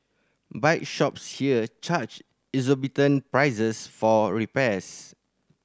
bike shops here charge exorbitant prices for repairs